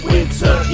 Winter